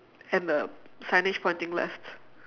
and the signage pointing left